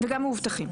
וגם מאובטחים.